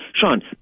Sean